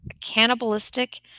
cannibalistic